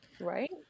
right